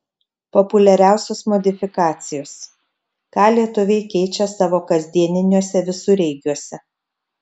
populiariausios modifikacijos ką lietuviai keičia savo kasdieniniuose visureigiuose